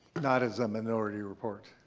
not as a minority report?